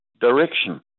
direction